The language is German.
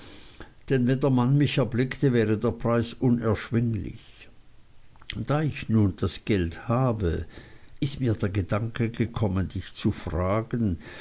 wenn der mann mich erblickte wäre der preis unerschwinglich da ich nun das geld habe ist mir der gedanke gekommen dich zu fragen